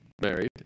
married